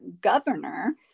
governor